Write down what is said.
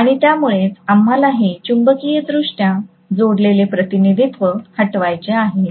आणि यामुळेच आम्हाला हे चुंबकीयदृष्ट्या जोडलेले प्रतिनिधित्व हटवायचे आहे